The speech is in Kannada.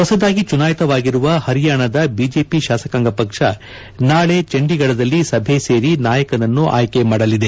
ಹೊಸದಾಗಿ ಚುನಾಯಿತವಾಗಿರುವ ಪರಿಯಾಣದ ಬಿಜೆಪಿ ಶಾಸಕಾಂಗ ಪಕ್ಷ ನಾಳೆ ಚಂಡೀಗಢದಲ್ಲಿ ಸಭೆ ಸೇರಿ ನಾಯಕನನ್ನು ಆಯ್ಲೆ ಮಾಡಲಿದೆ